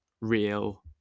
real